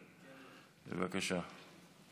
בבקשה.